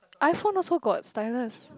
iPhone also got drivers